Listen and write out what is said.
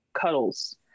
Cuddles